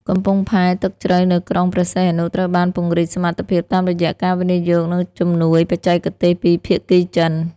កំពង់ផែទឹកជ្រៅនៅក្រុងព្រះសីហនុត្រូវបានពង្រីកសមត្ថភាព តាមរយៈការវិនិយោគ និងជំនួយបច្ចេកទេសពីភាគីចិន។